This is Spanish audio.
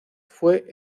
fue